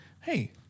hey